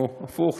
או הפוך,